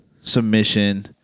submission